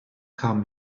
come